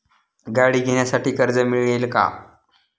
गाडी घेण्यासाठी कर्ज मिळेल का?